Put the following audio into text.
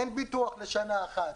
אין ביטוח לשנה אחת.